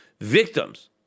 victims